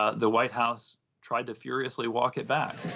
ah the white house tried to furiously walk it back.